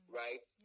right